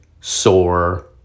sore